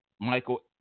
Michael